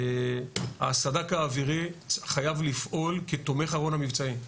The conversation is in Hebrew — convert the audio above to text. הסד"כ האווירי חייב לפעול כתומך המבצעי,